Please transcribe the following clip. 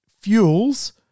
fuels